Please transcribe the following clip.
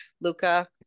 Luca